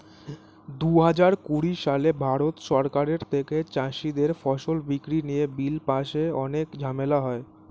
দুহাজার কুড়ি সালে ভারত সরকারের থেকে চাষীদের ফসল বিক্রি নিয়ে বিল পাশে অনেক ঝামেলা হয়